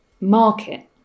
market